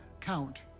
count